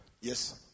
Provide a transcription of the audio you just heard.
yes